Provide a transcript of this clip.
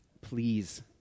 please